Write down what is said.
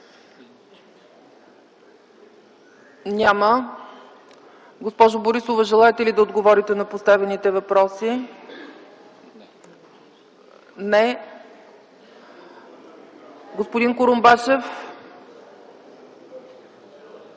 Няма. Госпожо Борисова, желаете ли да отговорите на поставените въпроси? Не. Господин Курумбашев.